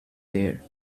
there